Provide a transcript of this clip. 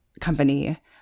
company